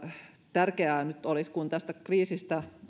tärkeää nyt olisi kun tästä kriisistä